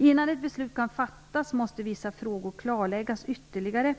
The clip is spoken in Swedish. Innan ett beslut kan fattas måste vissa frågor klarläggas ytterligare.